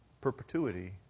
perpetuity